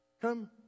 come